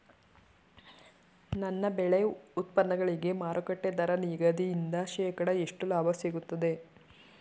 ನನ್ನ ಬೆಳೆ ಉತ್ಪನ್ನಗಳಿಗೆ ಮಾರುಕಟ್ಟೆ ದರ ನಿಗದಿಯಿಂದ ಶೇಕಡಾ ಎಷ್ಟು ಲಾಭ ಸಿಗುತ್ತದೆ?